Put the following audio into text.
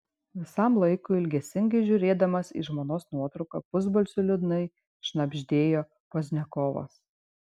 visam laikui ilgesingai žiūrėdamas į žmonos nuotrauką pusbalsiu liūdnai šnabždėjo pozdniakovas